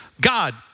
God